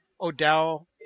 Odell